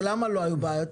למה לא היו בעיות?